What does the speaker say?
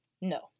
No